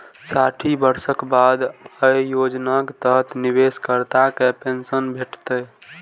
साठि वर्षक बाद अय योजनाक तहत निवेशकर्ता कें पेंशन भेटतै